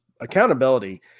accountability